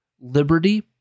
liberty